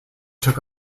took